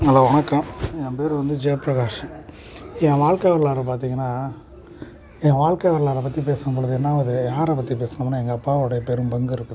hello வணக்கம் என் பேர் வந்து ஜெயபிரகாஷ் என் வாழ்க்க வரலாறு பார்த்தீங்கனா என் வாழ்க்க வரலாறை பற்றி பேசும்பொழுது என்னாகுது யாரை பற்றி பேசணும்னால் எங்கள் அப்பாவுடைய பெரும் பங்கு இருக்குது